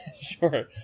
Sure